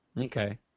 Okay